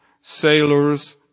sailors